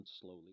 slowly